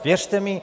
A věřte mi.